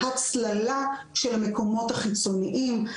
הצללה של המקומות החיצוניים,